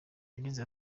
yagize